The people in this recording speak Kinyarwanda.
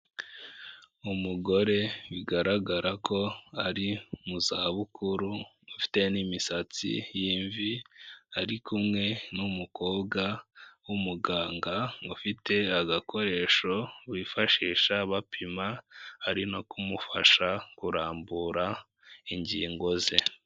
Umugore bigaragara ko ari mu zabukuru, ufite n'imisatsi y'imvi, ari kumwe n'umukobwa w'umuganga, ufite agakoresho bifashisha bapima, ari no kumufasha kurambura ingingo ze.